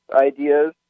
ideas